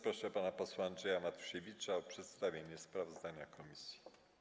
Proszę pana posła Andrzeja Matusiewicza o przedstawienie sprawozdania komisji.